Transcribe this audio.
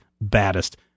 baddest